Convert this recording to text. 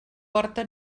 porta